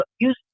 use